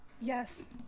yes